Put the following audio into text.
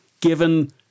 given